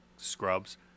Scrubs